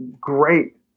great